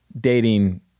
dating